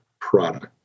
product